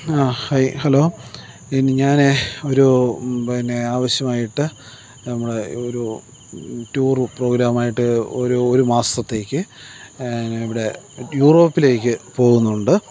hi hello പിന്നെ ഞാൻ ഒരു പിന്നെ ആവശ്യമായിട്ട് നമ്മൾ ഒരു ടൂറ് പ്രോഗ്രാമായിട്ട് ഒരു ഒരു മാസത്തേക്ക് ഇവിടെ യൂറോപ്പിലേക്ക് പോകുന്നുണ്ട്